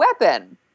weapon